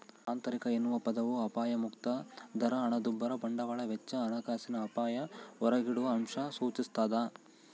ಆಂತರಿಕ ಎನ್ನುವ ಪದವು ಅಪಾಯಮುಕ್ತ ದರ ಹಣದುಬ್ಬರ ಬಂಡವಾಳದ ವೆಚ್ಚ ಹಣಕಾಸಿನ ಅಪಾಯ ಹೊರಗಿಡುವಅಂಶ ಸೂಚಿಸ್ತಾದ